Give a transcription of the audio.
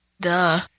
Duh